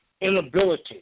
inability